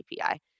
API